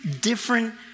different